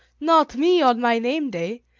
not me, on my name-day.